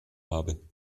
habe